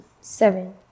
Seven